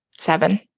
Seven